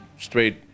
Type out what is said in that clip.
straight